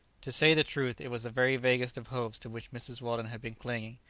to say the truth, it was the very vaguest of hopes to which mrs. weldon had been clinging,